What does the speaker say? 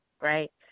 right